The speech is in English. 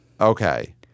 Okay